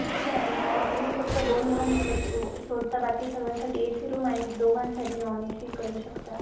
ठीक आहे मॅडम मग तुम्ही फक्त दोन लहान मुलं सो सोडता बाकी सर्वांसाठी ए सी रूम आणि दोघांसाठी नॉन ए सी करू शकता